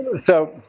so